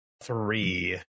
Three